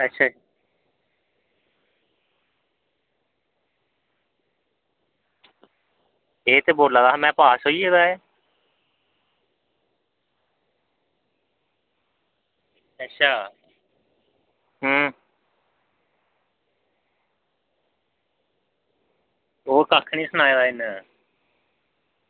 अच्छा एह् ते बोल्ला दा हा में पास होई गेदा ऐं अच्छा हां ओ कक्ख नी सनाए दा इन्नैं